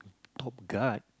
top guard